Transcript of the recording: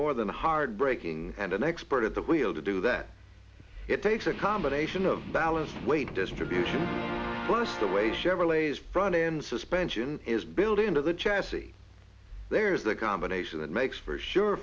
more than a hard braking and an expert at the wheel to do that it takes a combination of ballast weight distribution plus the way chevrolets front end suspension is built into the chassis there is the combination that makes for sure